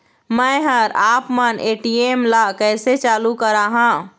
मैं हर आपमन ए.टी.एम ला कैसे चालू कराहां?